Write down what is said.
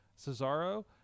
Cesaro